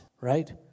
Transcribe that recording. right